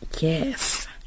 yes